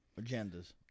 agendas